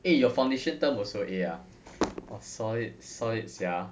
eh your foundation term also A ah !wah! solid solid sia